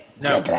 No